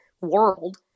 world